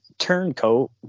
turncoat